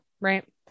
right